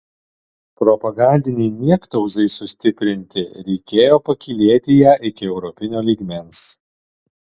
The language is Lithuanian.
propagandinei niektauzai sustiprinti reikėjo pakylėti ją iki europinio lygmens